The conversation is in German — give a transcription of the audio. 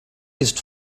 ist